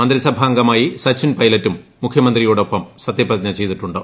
മുന്തിസഭാംഗമായി സച്ചിൻ പൈലറ്റും മുഖ്യമന്ത്രിയോടൊപ്പം സത്യപ്രതിജ്ഞ ചെയ്തിട്ടുണ്ട്